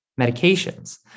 medications